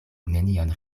nenion